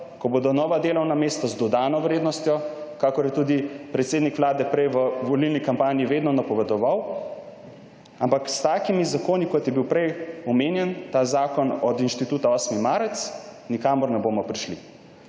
ko bodo nova delovna mesta z dodano vrednostjo, kakor je tudi predsednik vlade prej v volilni kampanji vedno napovedoval, ampak s takimi zakoni, kot je bil prej omenjeni zakon Inštituta 8. marec, nikamor ne bomo prišli.